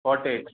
forty eight